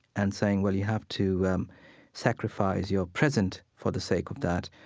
and saying, well, you have to um sacrifice your present for the sake of that.